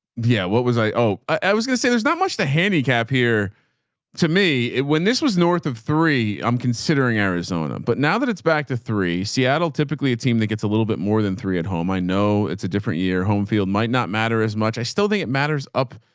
yeah. what was i? oh, i was going to say there's not much the handicap here to me. it, when this was north of three, i'm considering arizona. but now that it's back to three seattle, typically a team that gets a little bit more than three at home. i know it's a different year. home field might not matter as much. i still think it matters up